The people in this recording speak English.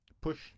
Push